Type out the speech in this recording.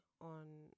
on